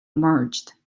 merged